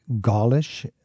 Gaulish